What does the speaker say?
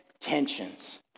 tensions